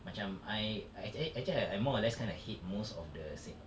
macam I I actua~ actually I I more or less kind of hate most of the singa~